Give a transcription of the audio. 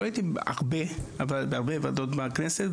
לא הייתי בהרבה וועדות בכנסת,